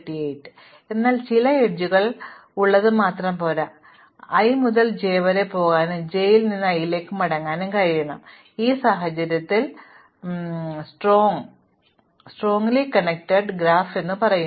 അതിനാൽ ചിലതിൽ അരികുകൾ ഉള്ളത് മാത്രം പോരാ എനിക്ക് i മുതൽ j വരെ പോകാനും j ൽ നിന്ന് i ലേക്ക് മടങ്ങാനും കഴിയണം ഈ സാഹചര്യത്തിൽ ശക്തമായി ബന്ധിപ്പിച്ചിരിക്കുന്നു